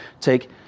take